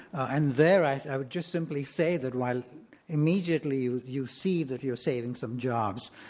and there i i would just simply say that while immediately you see that you're saving some jobs,